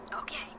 Okay